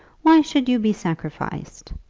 why should you be sacrificed?